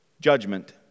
judgment